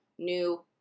new